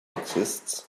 exists